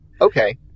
Okay